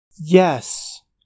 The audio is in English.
Yes